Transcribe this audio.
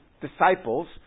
disciples